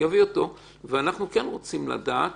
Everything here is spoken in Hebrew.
רוצים לדעת